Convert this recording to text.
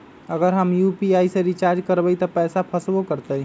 अगर हम यू.पी.आई से रिचार्ज करबै त पैसा फसबो करतई?